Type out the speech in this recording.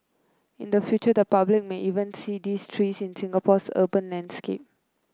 in the future the public may even see these trees in Singapore's urban landscape